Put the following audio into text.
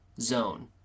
zone